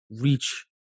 reach